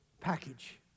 package